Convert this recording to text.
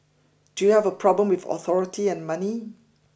do you have a problem with authority and money